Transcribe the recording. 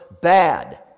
bad